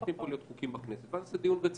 -- יהיו חוקים בכנסת, ואז לעשות דיון רציני.